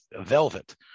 velvet